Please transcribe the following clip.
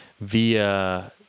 via